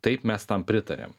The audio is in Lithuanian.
taip mes tam pritariam